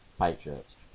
Patriots